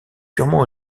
purement